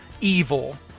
evil